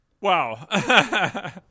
Wow